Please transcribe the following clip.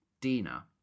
Dina